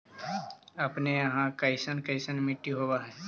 अपने यहाँ कैसन कैसन मिट्टी होब है?